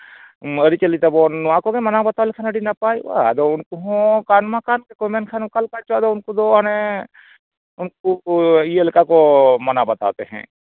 ᱟᱹᱨᱤᱪᱟᱹᱞᱤ ᱛᱟᱵᱚᱱ ᱱᱚᱣᱟ ᱠᱚᱜᱮ ᱢᱟᱱᱟᱣ ᱵᱟᱛᱟᱣ ᱞᱮᱠᱷᱟᱱ ᱟᱹᱰᱤ ᱱᱟᱯᱟᱭᱚᱜᱼᱟ ᱟᱫᱚ ᱩᱱᱠᱩ ᱦᱚᱸ ᱠᱟᱱ ᱢᱟ ᱠᱟᱱ ᱜᱮᱠᱚ ᱢᱮᱱᱠᱷᱟᱱ ᱚᱠᱟᱞᱮᱠᱟ ᱪᱚ ᱟᱫᱚ ᱩᱱᱠᱩ ᱫᱚ ᱦᱟᱱᱮ ᱩᱱᱠᱩ ᱠᱚ ᱤᱭᱟᱹ ᱞᱮᱠᱟ ᱠᱚ ᱢᱟᱱᱟᱣ ᱵᱟᱛᱟᱣ ᱛᱟᱦᱮᱸᱫ